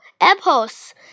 apples